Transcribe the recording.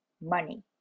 money